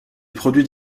produits